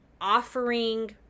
offering